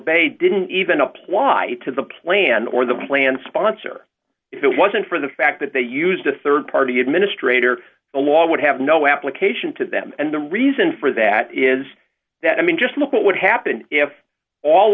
bait didn't even apply to the plan or the plan sponsor if it wasn't for the fact that they used a rd party administrator a law would have no application to them and the reason for that is that i mean just look what would happen if all